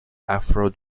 afro